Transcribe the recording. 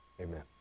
Amen